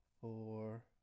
four